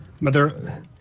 Mother